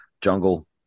jungle